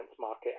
market